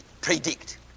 predict